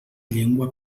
llengua